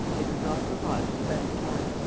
they could not have arrived at a better time.